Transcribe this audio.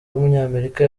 w’umunyamerika